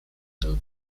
still